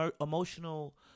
emotional